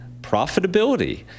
profitability